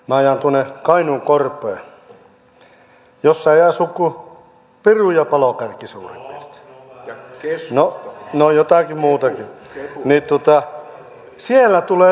kun minä ajan tuonne kainuun korpeen jossa ei asu kuin piru ja palokärki suurin piirtein no jotakin muutakin niin siellä tulee ruotsin kieltä